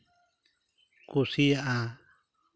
ᱠᱩᱥᱤᱭᱟᱜᱼᱟ